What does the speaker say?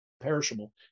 perishable